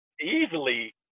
easily